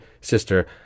Sister